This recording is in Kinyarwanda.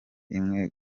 imwe